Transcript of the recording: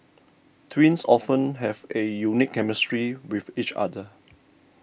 twins often have a unique chemistry with each other